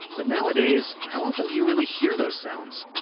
but now-a-days, how often do you really hear those sounds?